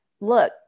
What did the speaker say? look